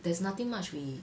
there's nothing much we